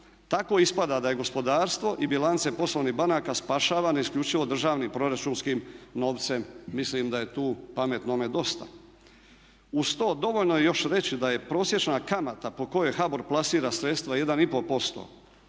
Tako ispada da je gospodarstvo i bilance poslovnih banaka spašavane isključivo državnim proračunskim novcem. Mislim da je tu pametnome dosta. Uz to, dovoljno je još reći da je prosječna kamata po kojoj HBOR plasira sredstva 1